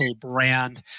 brand